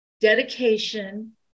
dedication